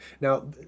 Now